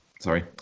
Sorry